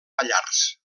pallars